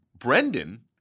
Brendan